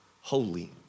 holy